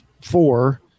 four